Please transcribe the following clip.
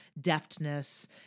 deftness